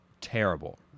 terrible